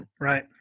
Right